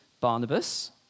Barnabas